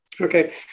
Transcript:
okay